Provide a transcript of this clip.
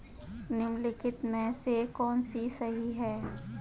निम्नलिखित में से कौन सा सही है?